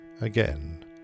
again